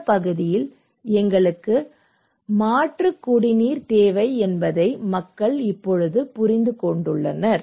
இந்த பகுதியில் எங்களுக்கு மாற்று குடிநீர் தேவை என்பதை மக்கள் இப்போது புரிந்துகொண்டுள்ளனர்